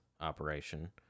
operation